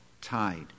tied